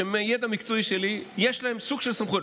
שמהידע המקצועי שלי יש להם סוג של סמכויות,